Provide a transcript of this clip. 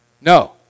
No